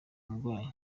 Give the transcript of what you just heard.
umurwayi